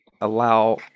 allow